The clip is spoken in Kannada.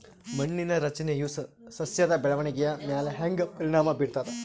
ಮಣ್ಣಿನ ರಚನೆಯು ಸಸ್ಯದ ಬೆಳವಣಿಗೆಯ ಮ್ಯಾಲ ಹ್ಯಾಂಗ ಪರಿಣಾಮ ಬೀರ್ತದ?